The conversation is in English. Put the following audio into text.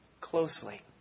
closely